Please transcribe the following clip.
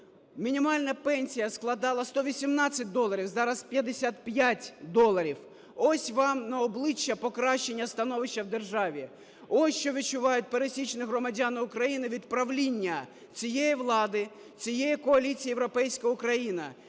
мінімальна пенсія складала 118 доларів, зараз – 55доларів. Ось вам на обличчя покращення становища в державі, ось що відчувають пересічні громадяни України від правління цієї влади, цієї коаліції "Європейська Україна".